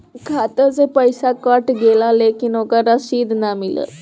खाता से पइसा कट गेलऽ लेकिन ओकर रशिद न मिलल?